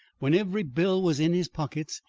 when every bill was in his pockets,